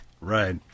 Right